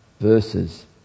verses